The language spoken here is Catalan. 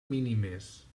mínimes